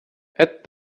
add